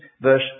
verse